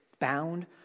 bound